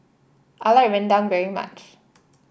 I like Rendang very much